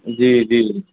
जी जी